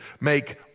make